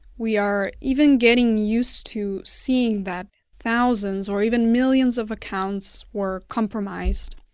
we are even getting used to seeing that thousands or even millions of accounts were compromised.